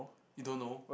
you don't know